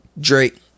Drake